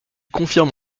confirme